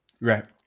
Right